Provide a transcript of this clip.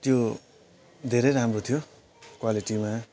त्यो धेरै राम्रो थियो क्वालिटीमा